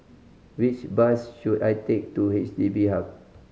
which bus should I take to H D B Hub